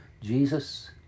Jesus